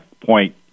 point